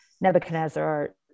Nebuchadnezzar